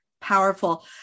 powerful